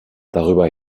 darüber